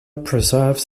preserves